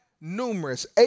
numerous